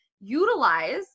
utilize